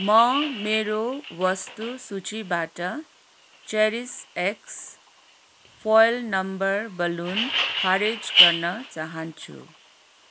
म मेरो वस्तु सूचीबाट cherries X foil number balloon खारेज गर्न चाहन्छु